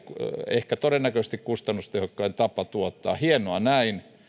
ehkä todennäköisesti kustannustehokkain tapa tuottaa hienoa näin